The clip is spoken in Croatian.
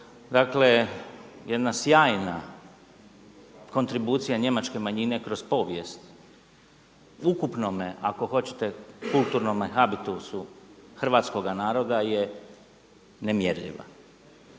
dakle jedna sjajna kontribucija njemačke manjine kroz povijest u ukupnome ako hoćete kulturnome habitusu hrvatskoga naroda je nemjerljiva.